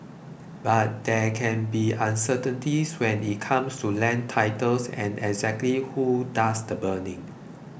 but there can be uncertainty when it comes to land titles and exactly who does the burning